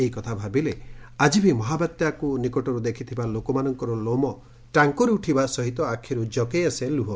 ଏହି କଥା ଭାବିଲେ ଆକି ବି ମହାବାତ୍ୟାକୁ ନିକଟରୁ ଦେଖଥିବା ଲୋକମାନଙ୍କର ଲୋମ ଟାଙ୍କୁରି ଉଠିବା ସହିତ ଆଖ୍ରୁ ଜକେଇ ଆସେ ଲୁହ